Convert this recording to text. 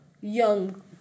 young